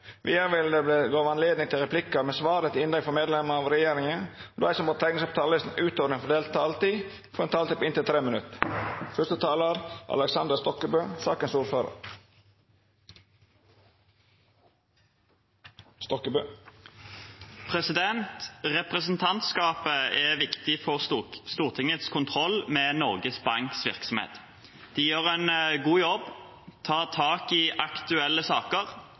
Vidare vil det verta gjeve anledning til replikkar med svar etter innlegg frå medlemer av regjeringa, og dei som måtte teikna seg på talarlista utover den fordelte taletida, får òg ei taletid på inntil 3 minutt. Representantskapet er viktig for Stortingets kontroll med Norges Banks virksomhet. De gjør en god jobb, tar tak i aktuelle saker